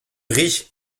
ris